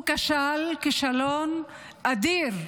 הוא כשל כישלון אדיר,